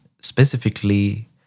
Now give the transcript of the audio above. specifically